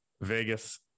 Vegas